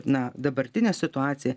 na dabartinė situacija